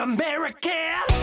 American